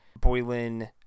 Boylan